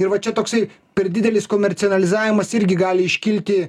ir va čia toksai per didelis komercinalizavimas irgi gali iškilti